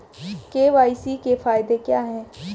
KYC के फायदे क्या है?